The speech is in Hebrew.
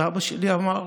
אבא שלי אמר: